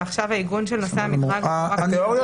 ועכשיו העיגון של נושא המדרג --- התיאוריות